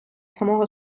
самого